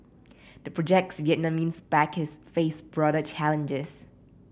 the project's Vietnamese backers face broader challenges